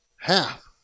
Half